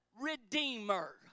redeemer